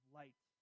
light